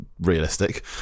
realistic